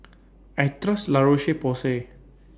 I Trust La Roche Porsay